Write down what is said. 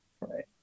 Right